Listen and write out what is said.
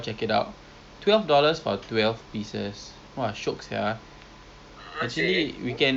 baik satay sauce soup base ya ya I think it's a new flavour maybe